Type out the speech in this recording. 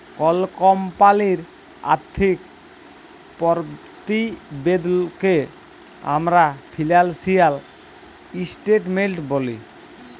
call কমপালির আথ্থিক পরতিবেদলকে আমরা ফিলালসিয়াল ইসটেটমেলট ব্যলি